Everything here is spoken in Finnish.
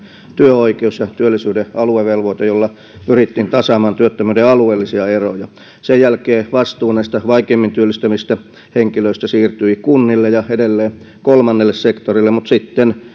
työoikeus ja työllisyyden aluevelvoite jolla pyrittiin tasaamaan työttömyyden alueellisia eroja sen jälkeen vastuu näistä vaikeimmin työllistyvistä henkilöistä siirtyi kunnille ja edelleen kolmannelle sektorille mutta sitten